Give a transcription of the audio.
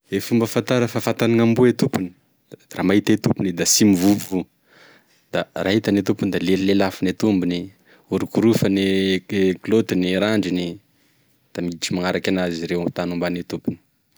E fomba ahafantara fa fantan'e amboa e tompony da raha hitany n'e da sy mivovo, da raha hitany tompony da lelafiny e tompony, da orokorofany e kilaotiny, randrony da miditry magnaraky enazy rah eo tany omban'e tompony